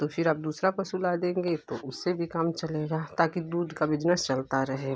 तो फिर आप दूसरा पशु ला देंगे तो उससे भी काम चलेगा ताकि दूध का बिजनेस चलता रहे